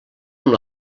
amb